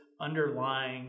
underlying